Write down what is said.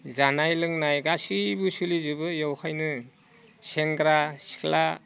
जानाय लोंनाय गासैबो सोलिजोबो बेवखायनो सेंग्रा सिख्ला